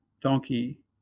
donkey